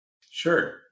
Sure